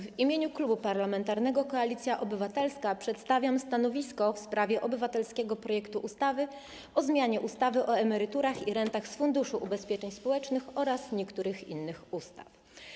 W imieniu Klubu Parlamentarnego Koalicja Obywatelska przedstawiam stanowisko w sprawie obywatelskiego projektu ustawy o zmianie ustawy o emeryturach i rentach z Funduszu Ubezpieczeń Społecznych oraz o zmianie niektórych ustaw.